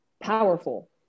powerful